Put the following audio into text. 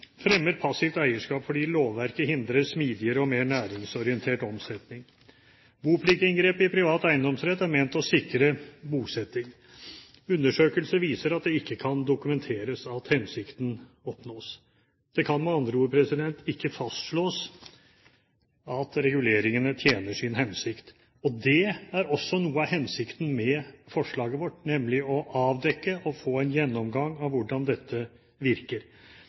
fremmer passivt eierskap fordi lovverket hindrer smidigere og mer næringsorientert omsetning. Bopliktinngrepet i privat eiendomsrett er ment å sikre bosetting. Undersøkelser viser at det ikke kan dokumenteres at hensikten oppnås. Det kan med andre ord ikke fastslås at reguleringene tjener sin hensikt, og det er også noe av hensikten med forslaget vårt, nemlig å avdekke og få en gjennomgang av hvordan dette virker. Det er rimelig belegg for å anta at dette virker